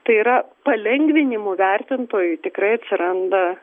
tai yra palengvinimų vertintojui tikrai atsiranda